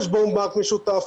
חשבון בנק משותף,